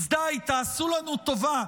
אז די, תעשו לנו טובה.